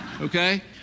Okay